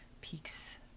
peaks